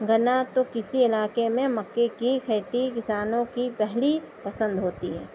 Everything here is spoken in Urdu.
گنّا تو کسی علاقے میں مکّے کی کھیتی کسانوں کی پہلی پسند ہوتی ہے